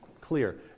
clear